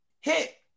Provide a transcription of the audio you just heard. Hit